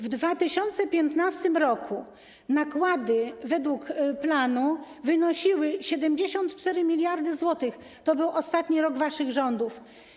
W 2015 r. nakłady według planu wynosiły 74 mld zł, to był ostatni rok waszych rządów.